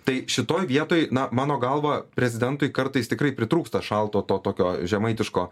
tai šitoje vietoj na mano galva prezidentui kartais tikrai pritrūksta šalto to tokio žemaitiško